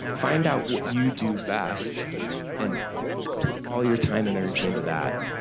find out what you do best and put all your time and energy into that.